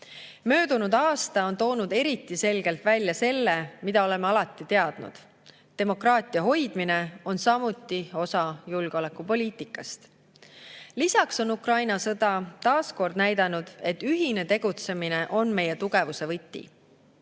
Möödunud aasta on toonud eriti selgelt välja selle, mida oleme alati teadnud: demokraatia hoidmine on samuti osa julgeolekupoliitikast. Lisaks on Ukraina sõda taas kord näidanud, et ühine tegutsemine on meie tugevuse võti.